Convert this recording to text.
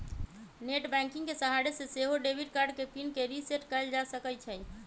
net banking के सहारे से सेहो डेबिट कार्ड के पिन के रिसेट कएल जा सकै छइ